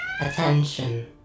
Attention